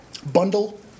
Bundle